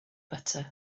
butter